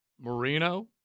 Marino